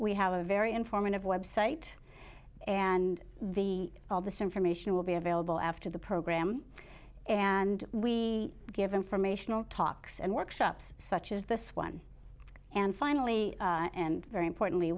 we have a very informative website and the all this information will be available after the program and we give informational talks and workshops such as this one and finally and very importantly